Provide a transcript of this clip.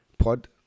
pod